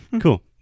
Cool